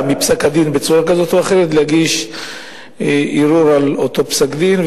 מפסק-הדין בצורה כזאת או אחרת להגיש ערעור על אותו פסק-דין,